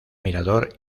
mirador